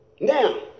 Now